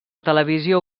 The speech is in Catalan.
televisió